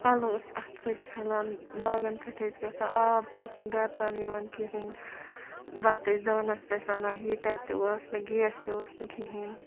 پَلو ٲسۍ اَتھٕ سۭتۍ چھَلان ناگَن پٮ۪ٹھ ٲسۍ گژھان آب تہِ اوس نہٕ گرٕ تام یِوان کِہیٖنۍ بَتہٕ ٲسۍ دانَس پٮ۪ٹھ رَنان ہیٖٹَر تہِ اوس نہٕ گیس تہِ اوس نہٕ کِہیٖنۍ